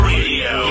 Radio